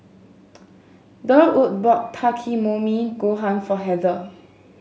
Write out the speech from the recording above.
Durwood bought Takikomi Gohan for Heather